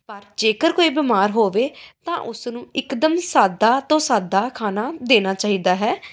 ਪਰ ਜੇਕਰ ਕੋਈ ਬਿਮਾਰ ਹੋਵੇ ਤਾਂ ਉਸਨੂੰ ਇਕਦਮ ਸਾਦਾ ਤੋਂ ਸਾਦਾ ਖਾਣਾ ਦੇਣਾ ਚਾਹੀਦਾ ਹੈ